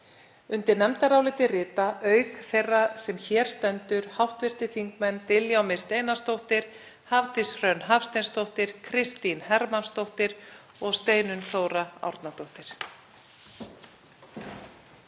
Undir nefndarálitið rita auk þeirrar sem hér stendur hv. þingmenn Diljá Mist Einarsdóttir, Hafdís Hrönn Hafsteinsdóttir, Kristín Hermannsdóttir og Steinunn Þóra Árnadóttir.